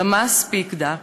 דמאס פיקדה,